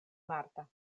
marta